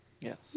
Yes